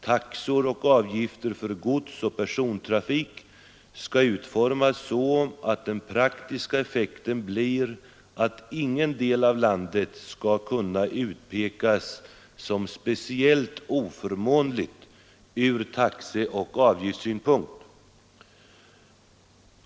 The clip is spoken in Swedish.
Taxor och avgifter för gods och persontrafik skall utformas så att den praktiska effekten blir att ingen del av landet skall kunna utpekas som speciellt oförmånlig ur taxeoch avgiftssynpunkt.